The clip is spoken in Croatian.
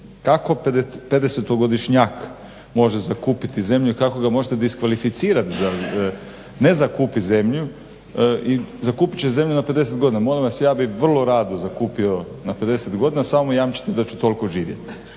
Kako 50-godišnjak može zakupiti zemlju i kako ga možete diskvalificirati da ne zakupi zemlju. Zakupit će zemlju na 50 godina. Molim vas ja bih zakupio na 50 godina, samo mi jamčite da ću toliko živjeti.